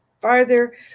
farther